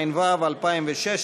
נתקבלה.